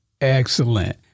Excellent